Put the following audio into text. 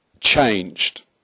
changed